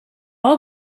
all